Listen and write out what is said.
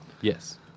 yes